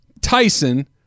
Tyson